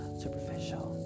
superficial